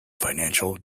financial